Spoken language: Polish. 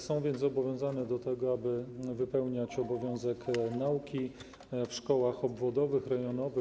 Są więc zobowiązani do tego, aby wypełniać obowiązek nauki w szkołach obwodowych, rejonowych.